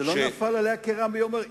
זה לא נפל עליה כרעם ביום בהיר.